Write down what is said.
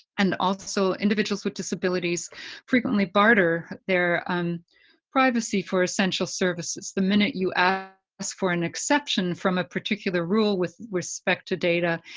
and also, individuals with disabilities frequently barter their um privacy for essential services. the minute you ask ah for an exception from a particular rule with respect to data,